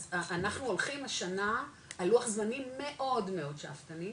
אז אנחנו הולכים השנה על לוח זמנים מאוד מאוד שאפתני,